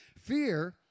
Fear